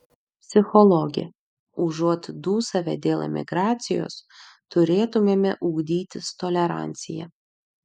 psichologė užuot dūsavę dėl emigracijos turėtumėme ugdytis toleranciją